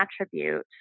attribute